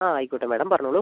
ആ ആയിക്കോട്ടെ മാഡം പറഞ്ഞോളൂ